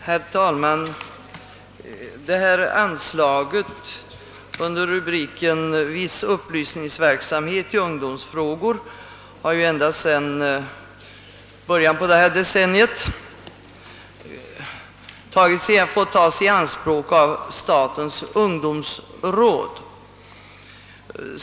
Herr talman! Det anslag som behandlas under rubriken »Viss upplysningsverksamhet i ungdomsfrågor» har ända sedan början av detta decennium fått tas i anspråk av statens ungdomsråd.